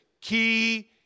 key